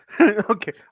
Okay